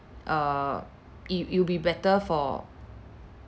err it it will be better for